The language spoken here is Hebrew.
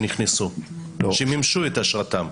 שנכנסו, שמימשו את אשרתם.